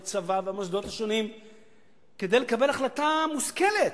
צבא והמוסדות השונים כדי לקבל החלטה מושכלת.